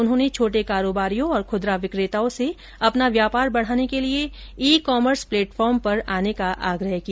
उन्होंने छोटे कारोबारियों और खुदरा विक्रेताओं से अपना व्यापार बढ़ाने के लिए ई कॉमर्स प्लेटफॉर्म पर आने का आग्रह किया